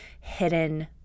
hidden